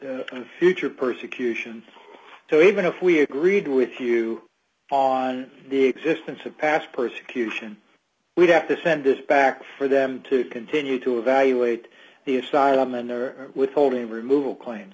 the future persecution so even if we agreed with you on the existence of past persecution we'd have to send this back for them to continue to evaluate the asylum and they're withholding removal claims